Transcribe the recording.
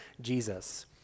Jesus